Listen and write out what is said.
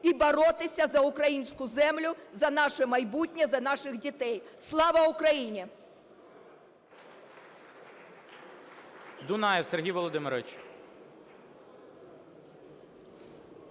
і боротися за українську землю, за наше майбутнє, за наших дітей. Слава Україні!